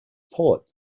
port